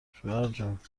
شوهرجاننایلون